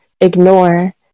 ignore